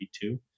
two